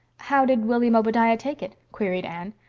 how did william obadiah take it? queried anne.